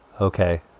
Okay